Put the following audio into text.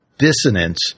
Dissonance